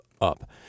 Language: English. up